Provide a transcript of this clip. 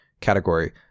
category